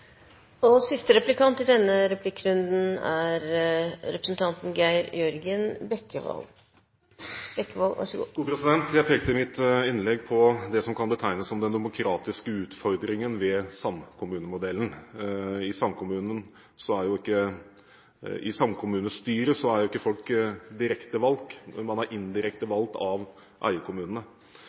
og det er ikkje berre småkommunar. Det er like mykje store kommunar som samarbeider, som små. Jeg pekte i mitt innlegg på det som kan betegnes som den demokratiske utfordringen ved samkommunemodellen. I samkommunestyret er jo ikke folk direkte valgt, man er indirekte valgt